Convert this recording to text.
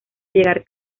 llegar